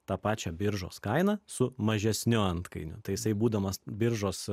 tą pačią biržos kainą su mažesniu antkainiu tai jisai būdamas biržos